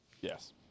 Yes